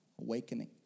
awakening